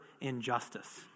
injustice